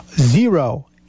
zero